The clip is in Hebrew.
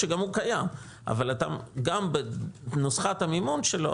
שגם הוא קיים אבל גם בנוסחת המימון שלו,